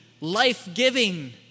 life-giving